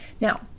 Now